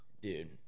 dude